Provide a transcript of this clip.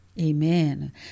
Amen